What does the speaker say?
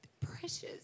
precious